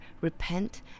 repent